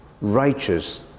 righteous